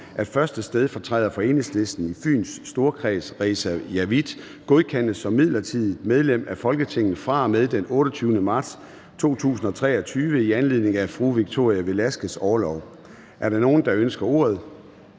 at 1. stedfortræder for Enhedslisten i Fyns Storkreds, Reza Javid, godkendes som midlertidigt medlem af Folketinget fra og med den 28. marts 2023 i anledning af fru Victoria Velasquez’ orlov. Er der nogen, der ønsker ordet?